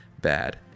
bad